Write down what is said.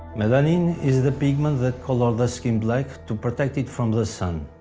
melanin is the pigment that colors the skin black to protect it from the sun.